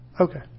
Okay